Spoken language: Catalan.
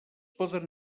poden